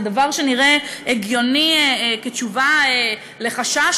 זה דבר שנראה הגיוני כתשובה לחשש,